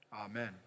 Amen